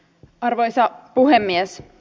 arvoisa puhemies